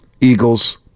Eagles